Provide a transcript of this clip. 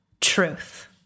truth